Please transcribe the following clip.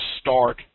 start